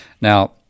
Now